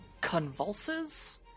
convulses